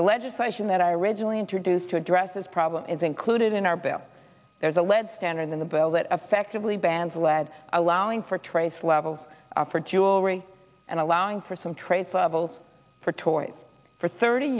the legislation that i originally introduced to address this problem is included in our bill there's a lead standard in the bill that affectively bans lead allowing for trace levels for jewelry and allowing for some trace levels for toys for thirty